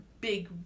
big